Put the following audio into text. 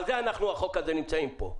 על זה, החוק הזה, אנחנו נמצאים פה.